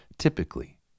Typically